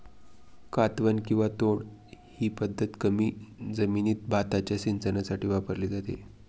कातवन किंवा तोड ही पद्धत कमी जमिनीत भाताच्या सिंचनासाठी वापरली जाते